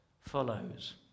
follows